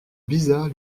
bizarre